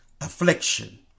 affliction